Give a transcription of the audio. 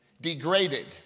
degraded